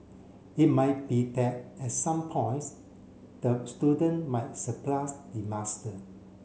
it might be that at some points the student might surpass the master